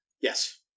Yes